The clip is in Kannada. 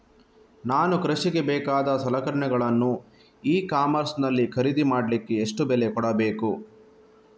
ನಾನು ಕೃಷಿಗೆ ಬೇಕಾದ ಸಲಕರಣೆಗಳನ್ನು ಇ ಕಾಮರ್ಸ್ ನಲ್ಲಿ ಖರೀದಿ ಮಾಡಲಿಕ್ಕೆ ಎಷ್ಟು ಬೆಲೆ ಕೊಡಬೇಕು?